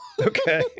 Okay